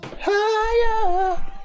Higher